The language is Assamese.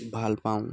ভাল পাওঁ